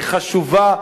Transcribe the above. היא חשובה,